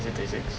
then thirty six